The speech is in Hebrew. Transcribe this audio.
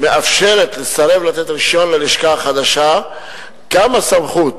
מאפשרת לסרב לתת רשיון ללשכה החדשה גם הסמכות